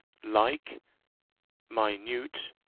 like minute